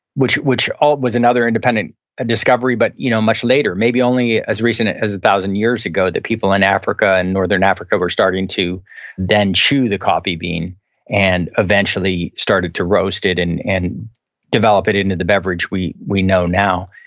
which which ah was another independent discovery but you know much later, maybe only as recent as one thousand years ago that people in africa and northern africa were starting to then chew the coffee bean and eventually started to roast it and and develop it it into the beverage we we know now.